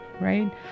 right